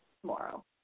tomorrow